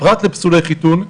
פרט לפסולי חיתון,